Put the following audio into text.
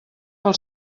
pel